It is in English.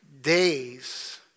days